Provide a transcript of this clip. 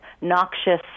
noxious